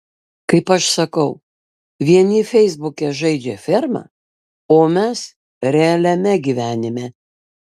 kaip aš sakau vieni feisbuke žaidžia fermą o mes realiame gyvenime